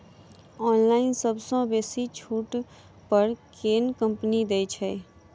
Online सबसँ बेसी छुट पर केँ कंपनी दइ छै?